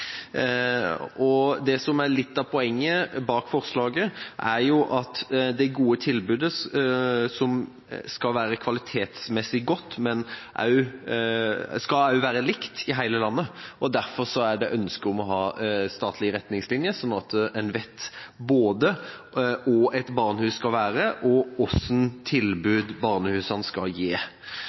Det som er litt av poenget bak forslaget, er at tilbudet skal være kvalitetsmessig godt, men skal også være likt i hele landet. Derfor er det et ønske om å ha statlige retningslinjer, slik at en vet både hva et barnehus skal være, og hva slags tilbud barnehusene skal gi.